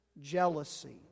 jealousy